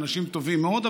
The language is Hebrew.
אנשים טובים מאוד,